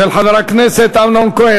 של חבר הכנסת אמנון כהן,